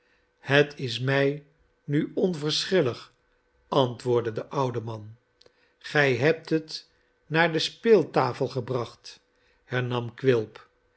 het is mij nu onverschillig antwoorddede oude man gij hebt het naar de speeltafel gebracht hernam quilp